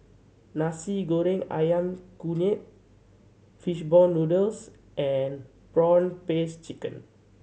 Nasi Goreng Ayam Kunyit fish ball noodles and prawn paste chicken